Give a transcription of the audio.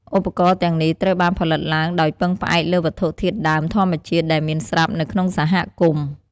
ឧបករណ៍ទាំងនេះត្រូវបានផលិតឡើងដោយពឹងផ្អែកលើវត្ថុធាតុដើមធម្មជាតិ ដែលមានស្រាប់នៅក្នុងសហគមន៍។